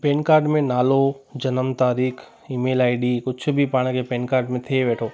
pen card में नालो जनमु तारीख़ ईमेल आई डी कुझु बि पाण खे पेन कार्ड में थिए वेठो